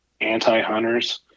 anti-hunters